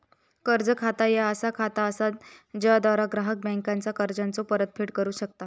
कर्ज खाता ह्या असा खाता असा ज्याद्वारा ग्राहक बँकेचा कर्जाचो परतफेड करू शकता